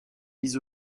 mis